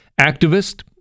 Activist